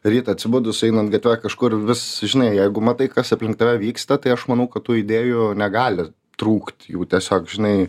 rytą atsibudus einant gatve kažkur vis žinai jeigu matai kas aplink tave vyksta tai aš manau kad tų idėjų negali trūkt jų tiesiog žinai